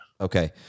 Okay